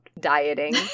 dieting